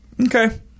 Okay